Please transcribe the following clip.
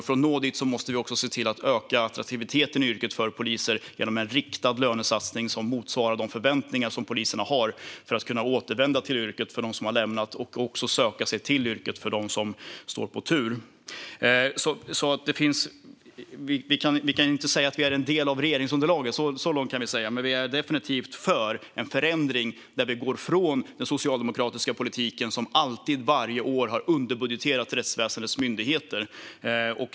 För att nå dit måste vi också se till att öka attraktiviteten i polisyrket genom en riktad lönesatsning som motsvarar de förväntningar som poliserna har, detta för att poliser som har lämnat yrket ska kunna återvända och för att de som står på tur ska söka sig till yrket. Vi kan alltså inte säga att vi är en del av regeringsunderlaget; så mycket kan jag säga. Men vi är definitivt för en förändring, där vi går från den socialdemokratiska politik som varje år har underbudgeterat rättsväsendets myndigheter.